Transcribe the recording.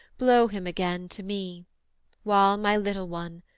blow him again to me while my little one,